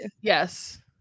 yes